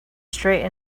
straight